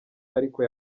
ariko